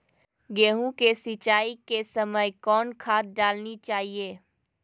गेंहू के सिंचाई के समय कौन खाद डालनी चाइये?